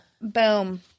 Boom